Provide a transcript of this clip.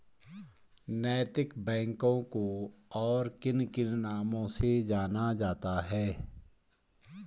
नैतिक बैंकों को और किन किन नामों से जाना जाता है?